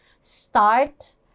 start